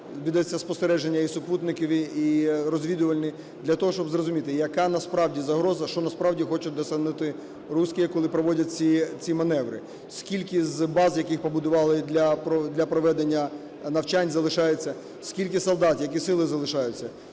ведуться спостереження і супутникові, і розвідувальні для того, щоб зрозуміти, яка насправді загроза, що насправді хочуть досягнути русские, коли проводять ці маневри. Скільки з баз, яких побудували для проведення навчань, залишається? Скільки солдат, які сили залишаються?